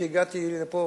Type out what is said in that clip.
שהגעתי לפה,